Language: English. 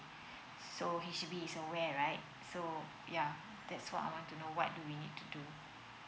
so H_D_B is aware right so yeah that's what I want to know what do we need to do